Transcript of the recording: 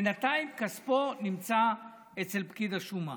בינתיים כספו נמצא אצל פקיד השומה,